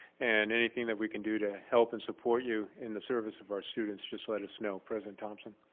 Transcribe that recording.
and anything that we can do to help and support you in the service of our students, just let us know. president thomson?